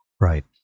right